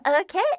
okay